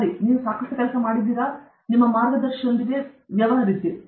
ಸರಿ ನೀವು ಸಾಕಷ್ಟು ಮಾಡಿದ್ದಿರಾ ನಿಮ್ಮ ಮಾರ್ಗದರ್ಶಿಯೊಂದಿಗೆ ನೀವು ಸಿಕ್ಕಿದ್ದೀರಿ ನಿಮಗೆ ಸಿಕ್ಕಿತು